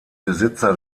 besitzer